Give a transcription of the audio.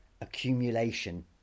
accumulation